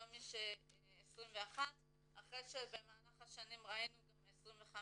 היום יש 21. אחרי שבמהלך השנים ראינו גם 25,